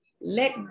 let